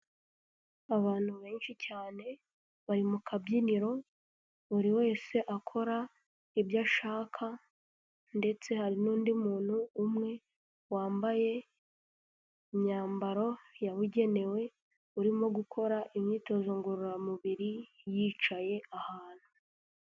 Abantu benshi cyane, bari mu kabyiniro, buri wese akora ibyo ashaka ndetse hari n'undi muntu umwe wambaye imyambaro yabugenewe, urimo gukora imyitozo ngororamubiri, yicaye ahantu.